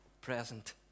present